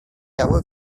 hauek